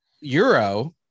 Euro